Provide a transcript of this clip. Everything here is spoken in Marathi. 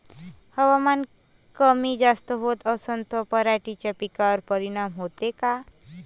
हवामान कमी जास्त होत असन त पराटीच्या पिकावर परिनाम होते का?